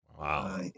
Wow